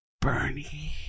Bernie